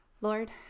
Lord